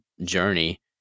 journey